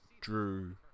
drew